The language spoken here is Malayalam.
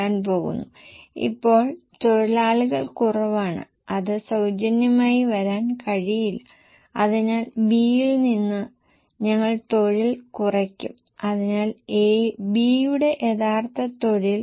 15 ആണ് അശുഭാപ്തിവിശ്വാസം കണക്കിലെടുത്താൽ ഇത് 1